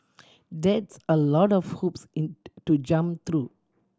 that's a lot of hoops in to jump through